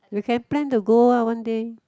you can plan to go ah one day